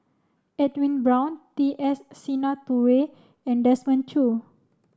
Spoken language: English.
Edwin Brown T S Sinnathuray and Desmond Choo